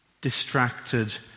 distracted